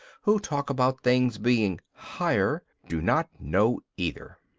who talk about things being higher, do not know either.